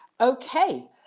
Okay